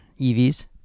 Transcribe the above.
EVs